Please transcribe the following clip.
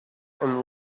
and